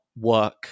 work